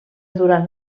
durant